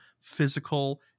physical